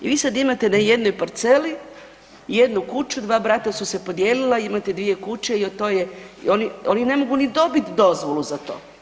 I vi sad imate na jednoj parceli jednu kuću, dva brata su se podijelila, imate dvije kuće i to je, oni ni ne mogu dobiti dozvolu za to.